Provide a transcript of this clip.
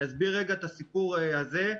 אני אסביר רגע את הסיפור הזה,